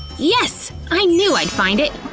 yes! i knew i'd find it!